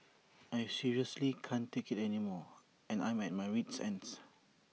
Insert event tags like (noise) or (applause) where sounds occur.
(noise) I seriously can't take IT anymore and I'm at my wit's end